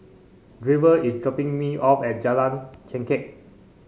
Draven is dropping me off at Jalan Chengkek